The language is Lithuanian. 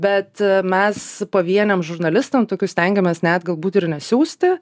bet mes pavieniam žurnalistam tokių stengiamės net galbūt ir nesiųsti